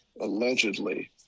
allegedly